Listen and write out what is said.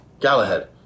Galahad